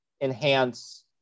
enhance